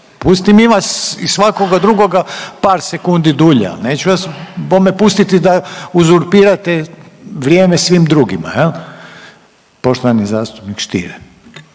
pustim i vas i svakoga drugoga par sekundi dulje, al neću vas bome pustiti da uzurpirate vrijeme svim drugima jel. Poštovani zastupnik Stier.